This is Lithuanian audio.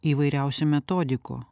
įvairiausių metodikų